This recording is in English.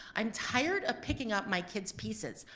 i'm tired of picking up my kid's pieces.